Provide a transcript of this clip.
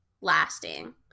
lasting